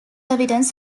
evidence